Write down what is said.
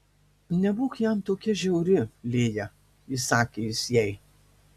nebūk jam tokia žiauri lėja įsakė jis jai